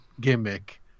gimmick